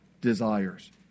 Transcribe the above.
desires